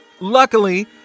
Luckily